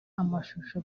amashusho